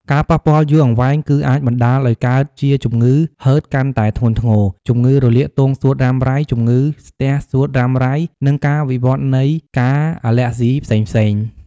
ការប៉ះពាល់យូរអង្វែងគឺអាចបណ្តាលឱ្យកើតជាជំងឺហឺតកាន់តែធ្ងន់ធ្ងរ ជំងឺរលាកទងសួតរ៉ាំរ៉ៃ ជំងឺស្ទះសួតរ៉ាំរ៉ៃ និងការវិវត្តនៃ ការអាលែហ្ស៊ីផ្សេងៗ។